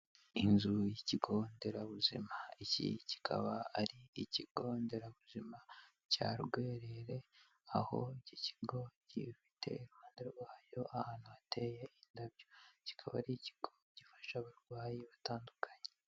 Inzu y'ikigo nderabuzima, iki kikaba ari ikigo nderabuzima cya Rwerere, aho iki kigo gifite iruhande rwayo ahantu hateye indabyo, kikaba ari ikigo gifasha abarwayi batandukanye.